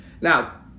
Now